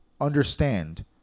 Understand